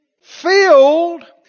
Filled